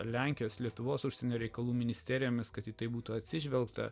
lenkijos lietuvos užsienio reikalų ministerijomis kad į tai būtų atsižvelgta